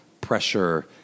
pressure